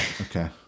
Okay